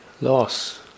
loss